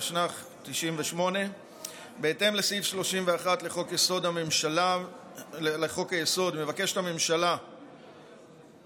התשנ"ח 1998. בהתאם לסעיף 31 לחוק-היסוד מבקשת הממשלה את